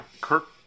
Kirk